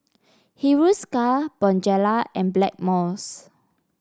Hiruscar Bonjela and Blackmores